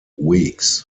weeks